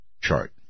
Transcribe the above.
chart